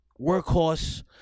workhorse